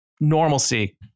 normalcy